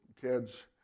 kids